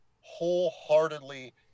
wholeheartedly